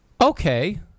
Okay